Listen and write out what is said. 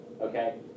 okay